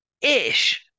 ish